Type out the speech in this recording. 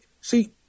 see